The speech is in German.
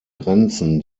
grenzen